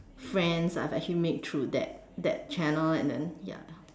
friends I've actually made through that that channel and then ya